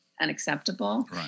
unacceptable